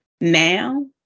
now